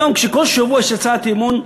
היום, כשכל שבוע יש הצעת אי-אמון,